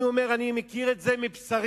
אני מכיר את זה על בשרי,